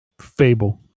Fable